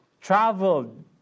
traveled